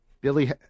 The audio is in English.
Billy